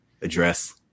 address